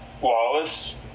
Wallace